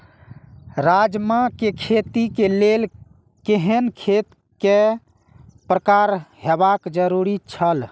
राजमा के खेती के लेल केहेन खेत केय प्रकार होबाक जरुरी छल?